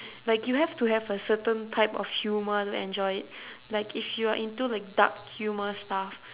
like you have to have a certain type of humour to enjoy it like if you are into like dark humour stuff